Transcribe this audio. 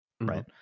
right